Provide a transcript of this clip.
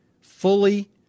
fully